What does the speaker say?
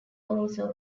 also